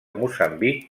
moçambic